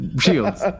shields